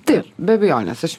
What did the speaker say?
taip be abejonės aš